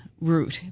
route